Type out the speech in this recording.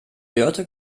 dörte